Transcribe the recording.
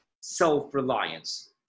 self-reliance